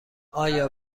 آیا